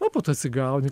o po to atsigauni